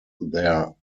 their